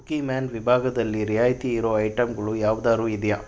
cookie man ವಿಭಾಗದಲ್ಲಿ ರಿಯಾಯಿತಿ ಇರೋ ಐಟಮ್ಗಳು ಯಾವ್ದಾದ್ರೂ ಇದೆಯಾ